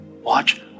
watch